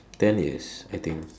ten years I think